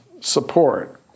support